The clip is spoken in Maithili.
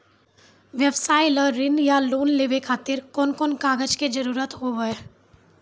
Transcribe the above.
व्यवसाय ला ऋण या लोन लेवे खातिर कौन कौन कागज के जरूरत हाव हाय?